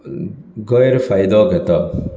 गैर फायदो घेतात